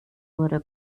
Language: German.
wurde